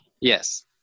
Yes